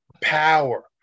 power